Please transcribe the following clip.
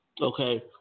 Okay